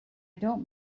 don’t